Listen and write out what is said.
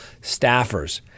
staffers